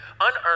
unearned